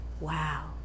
wow